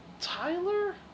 Tyler